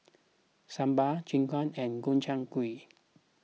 Sambar Japchae and Gobchang Gui